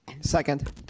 Second